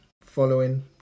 following